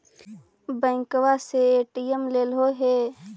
बैंकवा से ए.टी.एम लेलहो है?